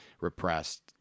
repressed